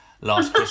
Last